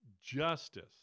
justice